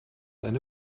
eine